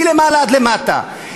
מלמעלה עד למטה,